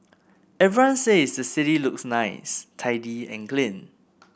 everyone says the city looks nice tidy and clean